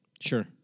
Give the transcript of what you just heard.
Sure